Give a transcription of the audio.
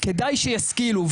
כדאי שישכילו,